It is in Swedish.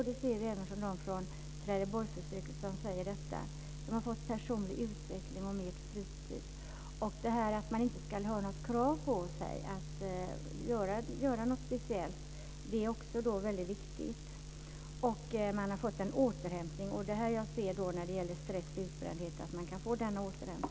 Det säger de även i Trelleborgsförsöket. De har fått personlig utveckling och mer fritid. Det är också väldigt viktigt att de inte ska ha något krav på sig att göra något speciellt. De kan få en återhämtning från stress och utbrändhet. Jag återkommer till detta.